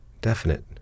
definite